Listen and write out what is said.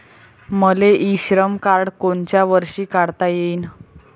मले e Shram card कोनच्या वर्षी काढता येईन?